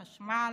החשמל,